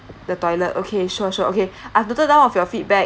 the toilet okay sure sure okay I've noted down of your feedback